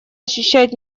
ощущает